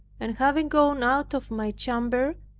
and having gone out of my chamber,